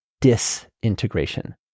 disintegration